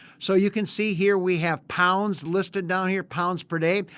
so, you can see here we have pounds listed down here, pounds per day.